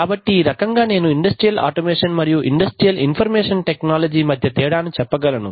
కాబట్టి ఈ రకంగా నేను ఇండస్ట్రియల్ ఆటోమేషన్ మరియు ఇండస్ట్రియల్ ఇన్ఫర్మేషన్ టెక్నాలజీ మధ్య తేడాను మీకు చెప్పగలను